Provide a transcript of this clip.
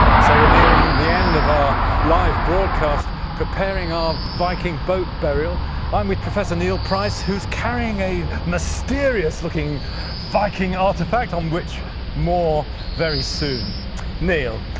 so we're nearing the end of our live broadcast preparing our viking boat burial i'm with professor neil price who's carrying a mysterious looking viking artifact, on which more very soon neil,